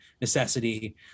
necessity